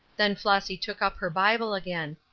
then flossy took up her bible again.